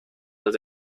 los